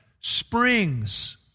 springs